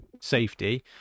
safety